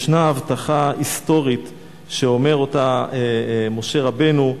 ישנה הבטחה היסטורית שאומר אותה משה רבנו.